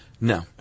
no